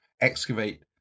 excavate